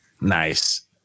Nice